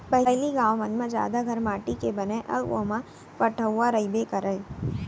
पहिली गॉंव मन म जादा घर माटी के बनय अउ ओमा पटउहॉं रइबे करय